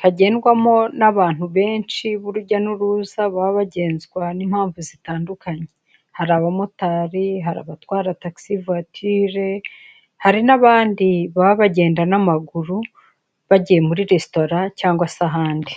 kagendwamo n'abantu benshi b'urujya n'uruza baba bagenzwa n'impamvu zitandukanye, hari abamotari hari abatwara tagisi vuwature, hari n'abandi baba bagenda n'amaguru bagiye muri resitora cyangwa se ahandi.